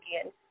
again